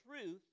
truth